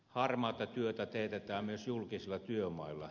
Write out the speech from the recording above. harmaata työtä teetetään myös julkisilla työmailla